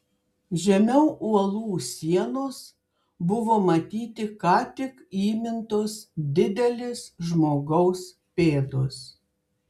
žemiau uolų sienos buvo matyti ką tik įmintos didelės žmogaus pėdos